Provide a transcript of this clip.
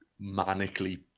manically